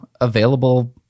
available